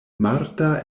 marta